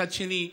מצד שני,